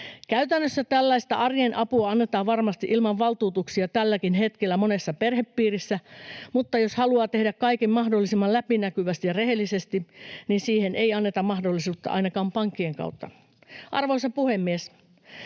Käytännössä tällaista arjen apua annetaan varmasti ilman valtuutuksia tälläkin hetkellä monessa perhepiirissä, mutta jos haluaa tehdä kaiken mahdollisimman läpinäkyvästi ja rehellisesti, niin siihen ei anneta mahdollisuutta ainakaan pankkien kautta. Arvoisa puhemies!